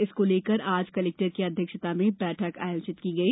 इसको लेकर आज कलेक्टर की अध्यक्षता में बैठक आयोजित की गई